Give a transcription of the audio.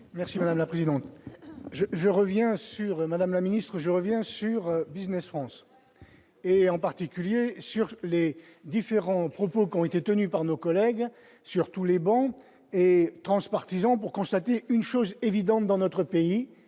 Merci madame la présidente, je je reviens sur le Madame la Ministre, je reviens sur Business France, et en particulier sur les différents propos qui ont été tenus par nos collègues, surtout les bons et transpartisan pour constater une chose évidente dans notre pays,